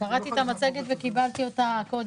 קראתי את המצגת לאחר שקיבלתי אותה.